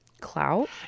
clout